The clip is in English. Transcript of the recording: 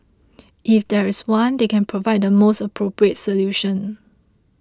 if there is one they can provide the most appropriate solution